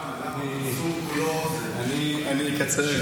אני אקצר.